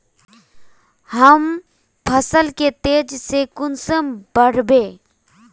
हम फसल के तेज से कुंसम बढ़बे?